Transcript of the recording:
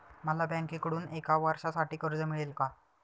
मला बँकेकडून एका वर्षासाठी कर्ज मिळेल का?